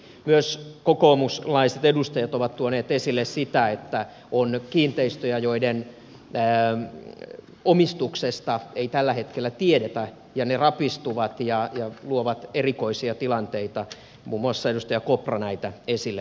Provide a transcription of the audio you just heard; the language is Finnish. myös kokoomuslaiset edustajat ovat tuoneet esille sitä että on kiinteistöjä joiden omistuksesta ei tällä hetkellä tiedetä ja ne rapistuvat ja luovat erikoisia tilanteita muun muassa edustaja kopra näitä esille nosti